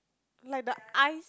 like the eyes